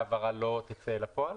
העברה לא תצא לפועל?